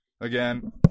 Again